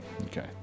Okay